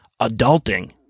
adulting